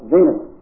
Venus